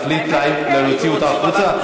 להחליט להוציא אותה החוצה?